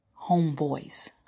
homeboys